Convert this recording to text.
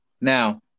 Now